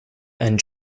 and